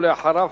ואחריו,